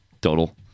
total